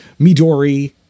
Midori